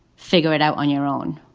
figure it out on your own.